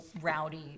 rowdy